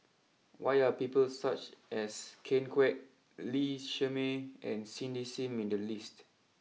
why are people such as Ken Kwek Lee Shermay and Cindy Sim in the list